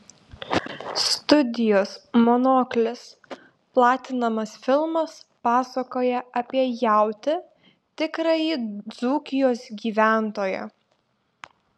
studijos monoklis platinamas filmas pasakoja apie jautį tikrąjį dzūkijos gyventoją